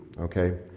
okay